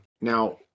now –